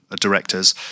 directors